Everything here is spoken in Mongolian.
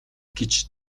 гэж